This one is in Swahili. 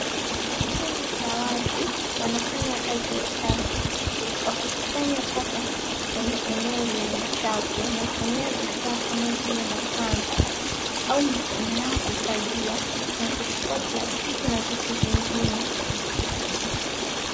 Kikundi cha watu, wanafanya kazi ya usafi wakikusanya taka kwenye eneo lenye uchafu. Wanatumia vifaa kama vile mapanga au mikono yao kufagia na kuchukua plastiki au vitu vingine.